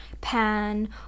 pan